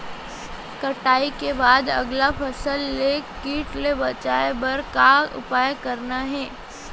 कटाई के बाद अगला फसल ले किट ले बचाए बर का उपाय करना हे?